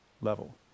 level